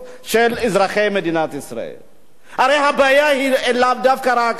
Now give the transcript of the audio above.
הרי הבעיה היא לאו דווקא רק 60,000 הפליטים האלה,